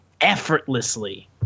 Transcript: effortlessly